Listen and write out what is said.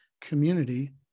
community